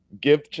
give